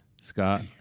Scott